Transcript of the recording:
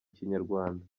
kinyarwanda